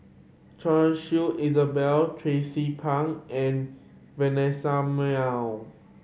Choy Su Tracie Pang and Vanessa Mae